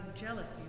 jealousy